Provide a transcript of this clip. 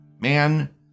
man